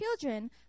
children